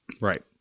Right